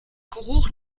geruch